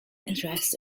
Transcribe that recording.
address